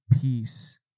peace